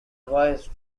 voice